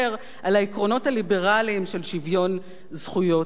הליברליים של שוויון זכויות לכול.